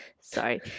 sorry